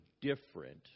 different